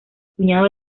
cuñado